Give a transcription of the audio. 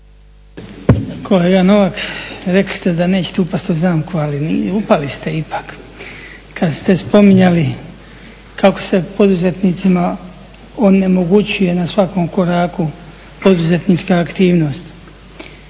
Kolega Novak, rekli ste da nećete upasti u zamku ali upali ste ipak kada ste spominjali kako se poduzetnicima onemogućuje na svakom koraku poduzetnička aktivnost.